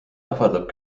ähvardab